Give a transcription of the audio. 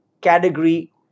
category